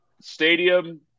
stadium